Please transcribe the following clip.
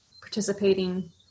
participating